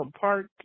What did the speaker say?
Park